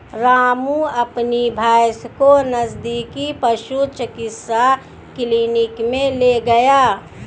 रामू अपनी भैंस को नजदीकी पशु चिकित्सा क्लिनिक मे ले गया